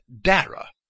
Dara